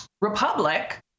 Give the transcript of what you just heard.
republic